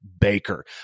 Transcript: Baker